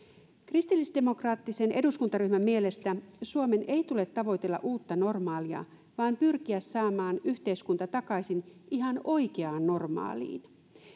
kristillisdemokraattisen eduskuntaryhmän mielestä suomen ei tule tavoitella uutta normaalia vaan pyrkiä saamaan yhteiskunta takaisin ihan oikeaan normaaliin